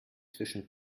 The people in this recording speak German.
zwischen